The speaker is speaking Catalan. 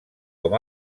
com